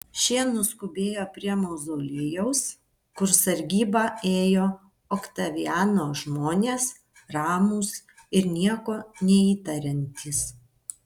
šie nuskubėjo prie mauzoliejaus kur sargybą ėjo oktaviano žmonės ramūs ir nieko neįtariantys